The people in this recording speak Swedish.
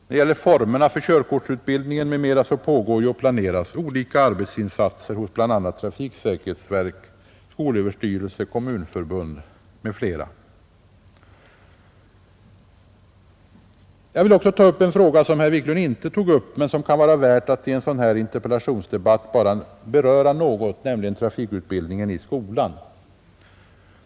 När det gäller formerna för körkortsutbildningen m.m. pågår och planeras olika arbetsinsatser hos bl.a. trafiksäkerhetsverket, skolöverstyrelsen och Kommunförbundet. Jag vill också ta upp en fråga som herr Wiklund inte tog upp men som det kan vara värt att i en sådan här interpellationsdebatt beröra något, nämligen trafikutbildningen i skolan.